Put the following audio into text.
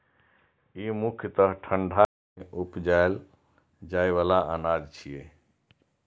ई मुख्यतः ठंढा इलाका मे उपजाएल जाइ बला अनाज छियै